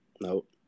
Nope